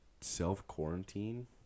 self-quarantine